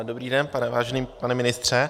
Dobrý den, vážený pane ministře.